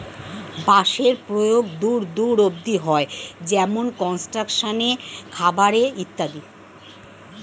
বাঁশের প্রয়োগ দূর দূর অব্দি হয়, যেমন কনস্ট্রাকশন এ, খাবার এ ইত্যাদি